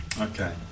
Okay